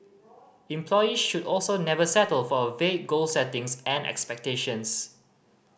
employee should also never settle for vague goal settings and expectations